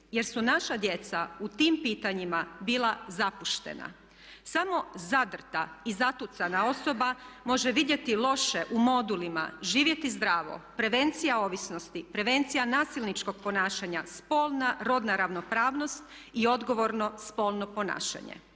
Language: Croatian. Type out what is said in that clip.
jer su naša djeca u tim pitanjima bila zapuštena. Samo zadrta i zatucana osoba može vidjeti loše u modulima, živjeti zdravo, prevencija ovisnosti, prevencija nasilničkog ponašanja, spolna rodna ravnopravnost i odgovorno spolno ponašanje.